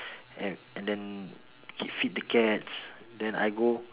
and then k~ feed the cats then I go